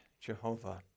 Jehovah